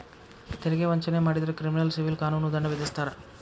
ತೆರಿಗೆ ವಂಚನೆ ಮಾಡಿದ್ರ ಕ್ರಿಮಿನಲ್ ಸಿವಿಲ್ ಕಾನೂನು ದಂಡ ವಿಧಿಸ್ತಾರ